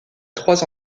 trois